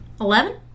Eleven